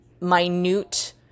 minute